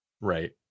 Right